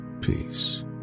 peace